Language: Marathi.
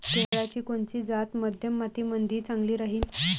केळाची कोनची जात मध्यम मातीमंदी चांगली राहिन?